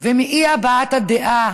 ומאי-הבעת הדעה